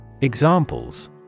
Examples